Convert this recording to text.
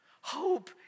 Hope